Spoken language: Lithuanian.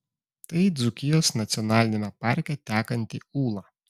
tai dzūkijos nacionaliniame parke tekanti ūla